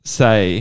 say